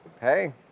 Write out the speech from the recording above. Hey